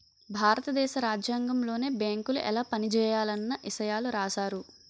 భారత దేశ రాజ్యాంగంలోనే బేంకులు ఎలా పనిజేయాలన్న ఇసయాలు రాశారు